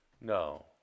No